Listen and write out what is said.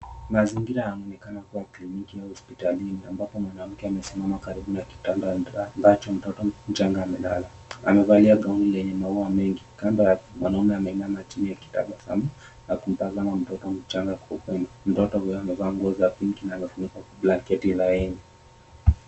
Mazingira yanaonekana kuwa ya kliniki au hospitalini ambapo mwanamke amesimama karibu na kitanda ambacho mtoto mchanga amelala. Amevalia gauni lenye maua mengi kando mwanaume ameinama chini akitabasamu na kumtazama mtoto mchanga kwa huruma. Mtoto huyo amevaa nguo za pinki na amefunikwa kwa blanketi laini.